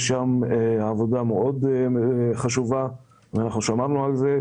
יש שם עבודה מאוד חשובה ואנחנו שמענו על כך.